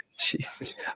Jesus